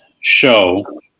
show